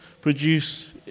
produce